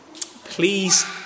Please